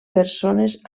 persones